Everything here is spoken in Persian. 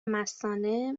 مثانه